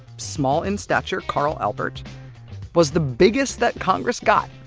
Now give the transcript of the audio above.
small in stature carl albert was the biggest that congress got,